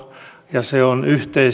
ja se on yhteiseurooppalainen arvo